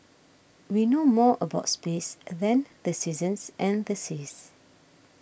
we know more about space than the seasons and the seas